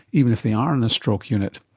even if they are in a stroke unit.